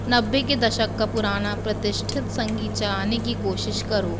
नब्बे के दशक का पुराना प्रतिष्ठित संगीत चलाने की कोशिश करो